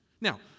Now